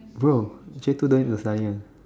bro J two don't need to study one